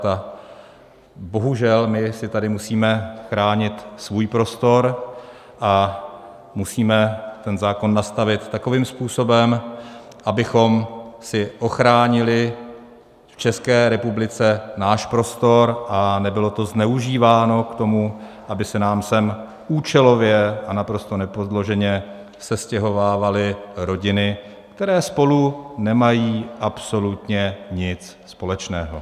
A bohužel my si tady musíme chránit svůj prostor a musíme ten zákon nastavit takovým způsobem, abychom si ochránili v České republice náš prostor a nebylo to zneužíváno k tomu, aby se nám sem účelově a naprosto nepodloženě sestěhovávaly rodiny, které spolu nemají absolutně nic společného.